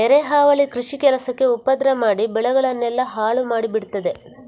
ನೆರೆ ಹಾವಳಿ ಕೃಷಿ ಕೆಲಸಕ್ಕೆ ಉಪದ್ರ ಮಾಡಿ ಬೆಳೆಗಳನ್ನೆಲ್ಲ ಹಾಳು ಮಾಡಿ ಬಿಡ್ತದೆ